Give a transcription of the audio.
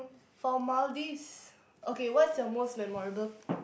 for Maldives okay what's your most memorable